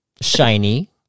shiny